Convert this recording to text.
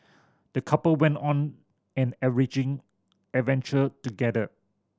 the couple went on an enriching adventure together